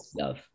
love